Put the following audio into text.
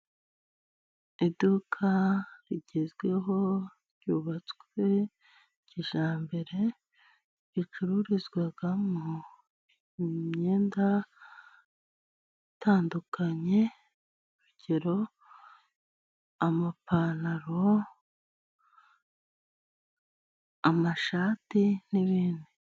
Iduka rigezweho ryubatswe kijyambere, ricururizwamo imyenda itandukanye, urugero: amapantaro, amashati, n'ibindi.